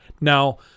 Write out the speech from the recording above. Now